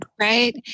right